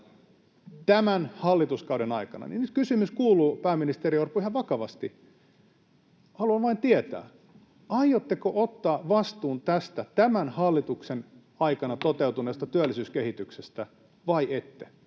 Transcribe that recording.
tämän hallituskauden aikana. Nyt kysymys kuuluu, pääministeri Orpo, ihan vakavasti — haluan vain tietää: aiotteko ottaa vastuun tästä tämän hallituksen aikana toteutuneesta työllisyyskehityksestä vai ette?